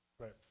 Right